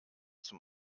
zum